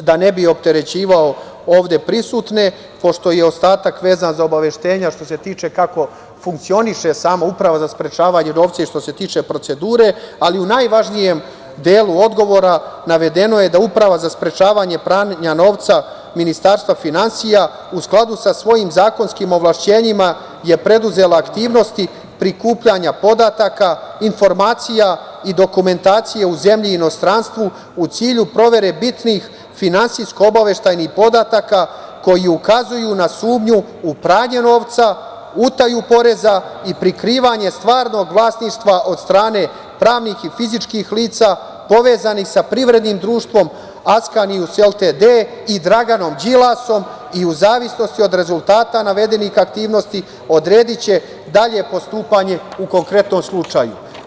da ne bi opterećivao ovde prisutne, pošto je ostatak vezan za obaveštenja, što se tiče kako funkcioniše sama Uprava za sprečavanje pranja novca i što se tiče procedure ali u najvažnijem delu odgovora navedeno je da Uprava za sprečavanje pranja novca Ministarstva finansija, u skladu sa svojim zakonskim ovlašćenjima je preduzela aktivnosti prikupljanja podataka, informacija i dokumentacija u zemlji i inostranstvu u cilju provere bitnih finansijsko-obaveštajnih podataka, koji ukazuju na sumnju u pranje novca, utaju poreza i prikrivanje stvarnog vlasništva od strane pravnih i fizičkih lica povezanih sa privrednim društvom „Askanijus LTD“ i Draganom Đilasom, i u zavisnosti od rezultata navedenih aktivnosti odrediće dalje postupanje u konkretnom slučaju.